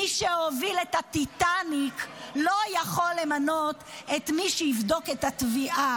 מי שהוביל את הטיטניק לא יכול למנות את מי שיבדוק את התביעה.